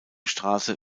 straße